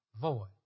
void